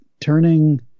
turning